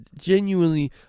genuinely